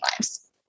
lives